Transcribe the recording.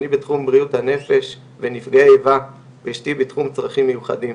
אני בתחום בריאות הנפש ונפגעי פעולות איבה ואשתי בתחום צרכים מיוחדים.